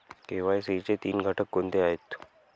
KYC चे तीन घटक कोणते आहेत?